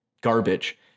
garbage